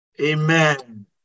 Amen